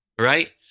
right